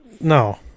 No